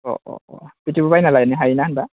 अ अ अ बिदिबो बायना लायनो हायोना होनबा